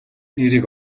нэрийг